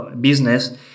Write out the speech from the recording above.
business